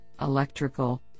Electrical